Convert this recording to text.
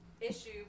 issue